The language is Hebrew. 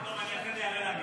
טוב, אחרי זה אני אעלה להגיב.